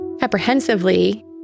Apprehensively